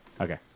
Okay